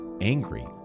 angry